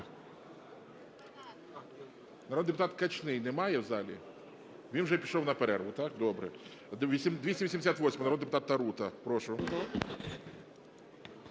Народний депутат Качний. Немає в залі? Він вже пішов на перерву, добре. 288-а, народний депутат Тарута. Прошу.